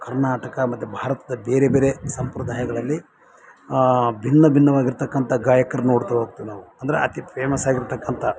ಕರ್ನಾಟಕ ಮತ್ತು ಭಾರತದ ಬೇರೆ ಬೇರೆ ಸಂಪ್ರದಾಯಗಳಲ್ಲಿ ಭಿನ್ನ ಭಿನ್ನವಾಗಿರತಕ್ಕಂಥ ಗಾಯಕ್ರ ನೋಡ್ತಾ ಹೋಗ್ತೀವಿ ನಾವು ಅಂದರೆ ಅತಿ ಪೇಮಸಾಗಿರತಕ್ಕಂಥ